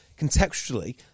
contextually